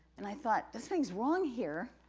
and i thought, this thing's wrong here,